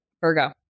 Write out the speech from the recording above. Virgo